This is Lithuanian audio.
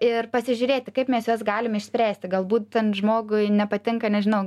ir pasižiūrėti kaip mes juos galim išspręsti galbūt ten žmogui nepatinka nežinau